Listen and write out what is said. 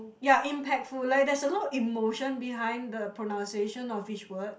ya impactful like there's a lot of emotion behind the pronounciation of each word